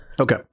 Okay